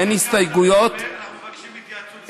עוד דקה שאתה מדבר, אנחנו מבקשים התייעצות סיעתית.